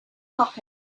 pocket